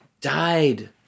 died